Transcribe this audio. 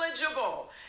eligible